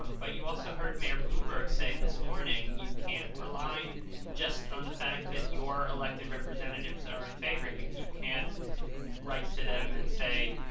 um but you also heard mayor bloomberg say this morning you can't rely just on the fact that your elected representatives are in favor. you you can't write to them and say,